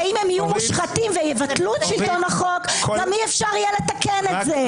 ואם הם יהיו מושחתים ויבטלו את שלטון החוק גם אי אפשר יהיה לתקן את זה.